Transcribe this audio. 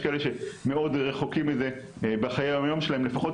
ויש כאלה שמאוד רחוקים מזה בחיי היום יום שלהם לפחות